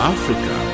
Africa